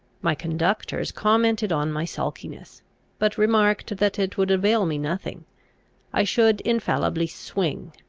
my conductors commented on my sulkiness but remarked that it would avail me nothing i should infallibly swing,